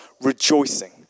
rejoicing